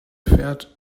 fährt